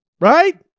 right